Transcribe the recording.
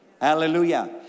hallelujah